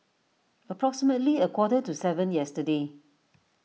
approximately a quarter to seven yesterday